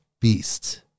Beast